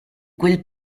quel